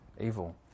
evil